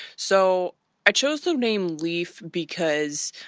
so i chose the name leaf because